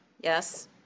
Yes